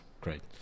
great